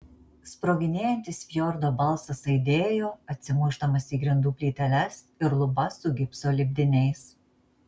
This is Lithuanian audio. sproginėjantis fjordo balsas aidėjo atsimušdamas į grindų plyteles ir lubas su gipso lipdiniais